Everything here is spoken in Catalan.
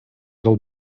del